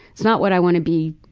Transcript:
it's not what i want to be.